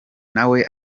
nawe